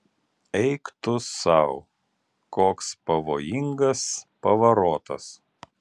eik tu sau koks pavojingas pavarotas